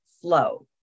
flow